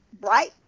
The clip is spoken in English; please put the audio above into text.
right